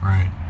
Right